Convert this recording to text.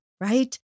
right